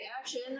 action